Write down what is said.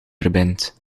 verbindt